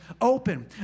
open